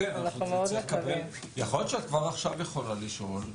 מתנצלת זו הסיבה שהתעכבתי כי לא הוכנס לי אישור כניסה מבעוד מועד.